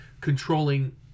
controlling